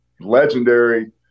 legendary